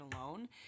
alone